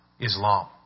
Islam